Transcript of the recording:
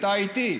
אתה איתי.